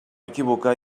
equivocar